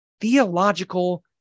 theological